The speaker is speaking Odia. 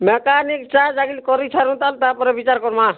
ମେକାନିକ ଚାର୍ଜ ବାଗିର କରିଛନ ତାପରେ ବିଚାର କରମାଁ